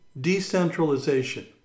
decentralization